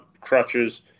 crutches